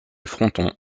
fronton